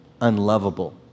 unlovable